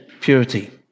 purity